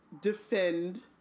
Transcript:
defend